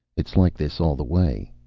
it's like this all the way,